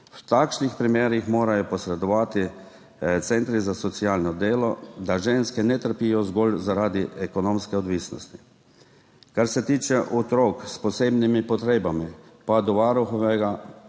V takšnih primerih morajo posredovati centri za socialno delo, da ženske ne trpijo zgolj zaradi ekonomske odvisnosti. Kar se tiče otrok s posebnimi potrebami pa po priporočilu